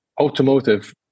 automotive